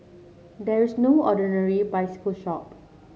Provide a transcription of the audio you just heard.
there is no ordinary bicycle shop